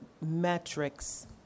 metrics